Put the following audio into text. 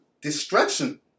destruction